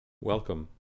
welcome